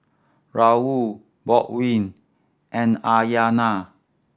Raul Baldwin and Aryana